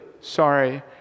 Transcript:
sorry